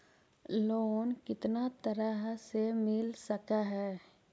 Loan कितना तरह से मिल सक है?